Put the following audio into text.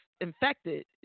infected